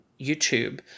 YouTube